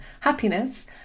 happiness